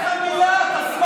אין לך מילה, אתה סמרטוט.